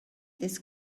this